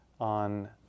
on